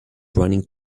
running